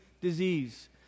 disease